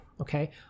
Okay